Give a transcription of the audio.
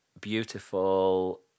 beautiful